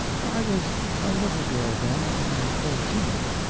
i was a little girl then, only fourteen.